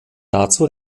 dazu